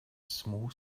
small